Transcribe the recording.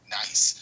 nice